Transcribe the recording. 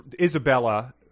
Isabella